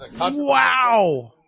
Wow